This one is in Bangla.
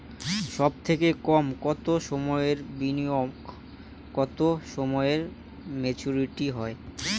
সবথেকে কম কতো সময়ের বিনিয়োগে কতো সময়ে মেচুরিটি হয়?